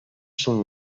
són